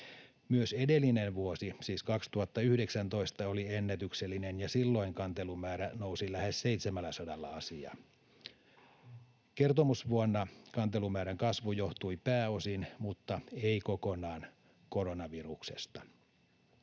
Myös edellinen vuosi, siis 2019, oli ennätyksellinen, ja silloin kantelumäärä nousi lähes 700:lla asialla. Kertomusvuonna kantelumäärän kasvu johtui pääosin mutta ei kokonaan koronaviruksesta.